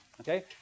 okay